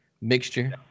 mixture